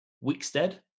Wickstead